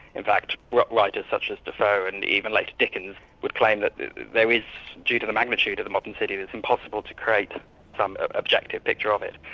in fact writers such as defoe and even late dickens would claim that there is due to the magnitude of the modern city it is impossible to create some objective picture of it.